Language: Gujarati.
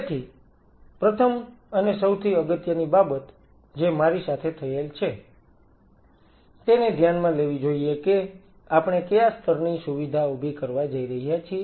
તેથી પ્રથમ અને સૌથી અગત્યની બાબત જે મારી સાથે થયેલ છે તેને ધ્યાનમાં લેવી જોઈએ કે આપણે કયા સ્તરની સુવિધા ઊભી કરવા જઈ રહ્યા છીએ